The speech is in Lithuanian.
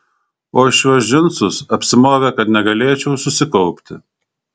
o šiuos džinsus apsimovė kad negalėčiau susikaupti